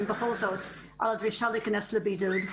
בכל זאת על הדרישה להיכנס לבידוד.